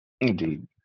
Indeed